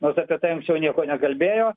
nors apie tai anksčiau nieko nekalbėjo